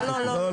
לא.